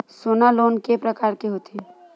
सोना लोन के प्रकार के होथे?